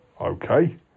Okay